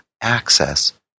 access